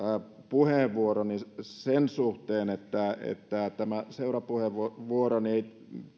puheenvuoroni sen suhteen että tämä seurapuheenvuoroni ei